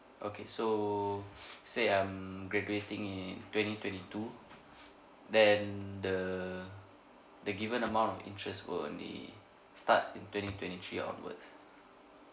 okay so say I'm graduating in twenty twenty two then the the given amount of interest will only start in twenty twenty three onwards